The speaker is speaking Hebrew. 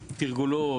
תרגולות,